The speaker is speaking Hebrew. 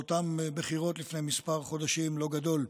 באותן בחירות לפני מספר חודשים לא גדול.